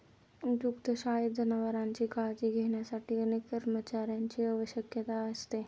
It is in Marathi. दुग्धशाळेत जनावरांची काळजी घेण्यासाठी अनेक कर्मचाऱ्यांची आवश्यकता असते